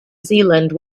zealand